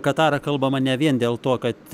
katarą kalbama ne vien dėl to kad